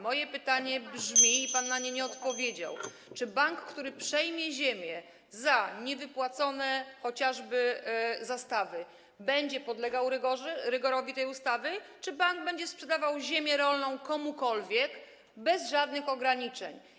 Moje pytanie brzmi i pan na nie nie odpowiedział: Czy bank, który przejmie ziemię chociażby za niewypłacone zastawy, będzie podlegał rygorowi tej ustawy, czy bank będzie sprzedawał ziemię rolną komukolwiek bez żadnych ograniczeń?